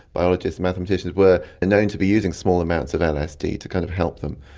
biologists, mathematicians, were and known to be using small amounts of lsd to kind of help them.